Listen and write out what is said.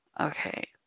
Okay